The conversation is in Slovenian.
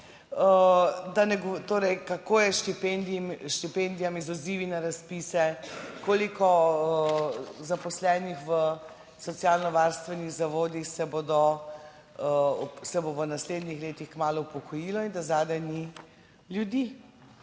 s štipendijami, z odzivi na razpise, koliko zaposlenih v socialnovarstvenih zavodih se bodo, se bo v naslednjih letih kmalu upokojilo in da zadaj ni ljudi.